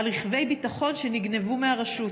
על רכבי ביטחון שנגנבו מהרשות.